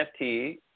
nft